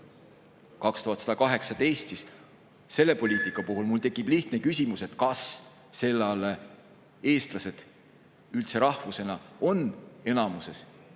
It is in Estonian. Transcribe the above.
2118, siis selle poliitika puhul mul tekib lihtne küsimus, kas sel ajal eestlased üldse rahvusena on enamuses